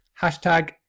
hashtag